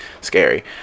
scary